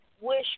wish